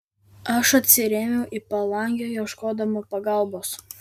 aš atsirėmiau į palangę ieškodama pagalbos